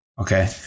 Okay